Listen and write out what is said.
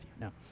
No